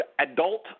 adult